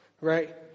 Right